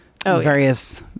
various